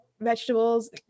vegetables